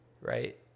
right